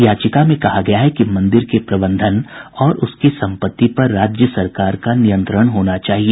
याचिका में कहा गया है कि मंदिर के प्रबंधन और उसकी संपत्ति पर राज्य सरकार का नियंत्रण होना चाहिए